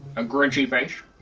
a grinchy face.